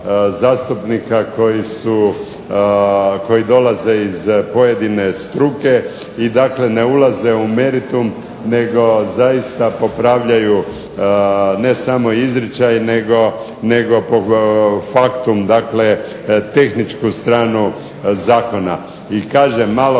zastupnika koji su, koji dolaze iz pojedine struke i dakle ne ulaze u meritum, nego zaista popravljaju ne samo izričaj nego factum. Dakle, tehničku stranu zakona. I kažem, malo